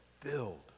filled